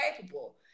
capable